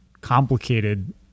complicated